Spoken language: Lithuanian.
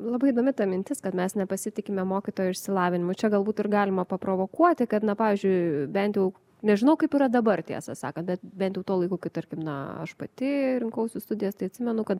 labai įdomi ta mintis kad mes nepasitikime mokytojo išsilavinimu čia gal būtų ir galima paprovokuoti kad pavyzdžiui bent jau nežinau kaip yra dabar tiesą sakant bet bent tuo laiku kai tarkim na aš pati rinkausi studijas tai atsimenu kad